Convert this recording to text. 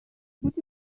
would